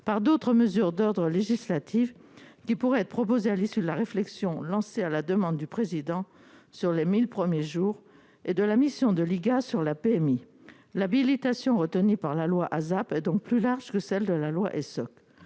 par d'autres mesures d'ordre qui pourrait être proposé à l'issue de la réflexion lancée à la demande du président sur les 1000 premiers jours et de la mission de l'IGAS sur la PMI l'habilitation retenus par la loi ASAP donc plus large que celle de la loi et